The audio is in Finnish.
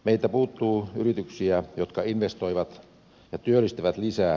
mitä puuttuu yrityksiä jotka investoivat ja työllistävät lisää